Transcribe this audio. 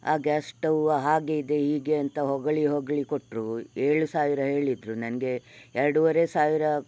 ಆ gas stove ಹಾಗೆ ಇದೆ ಹೀಗೆ ಅಂತ ಹೊಗಳಿ ಹೊಗಳಿ ಕೊಟ್ರು ಏಳು ಸಾವಿರ ಹೇಳಿದರು ನನಗೆ ಎರ್ಡೂವರೆ ಸಾವಿರ